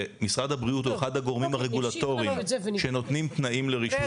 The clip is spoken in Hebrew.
ומשרד הבריאות הוא אחד הגורמים הרגולטוריים שנותנים תנאים לרישוי,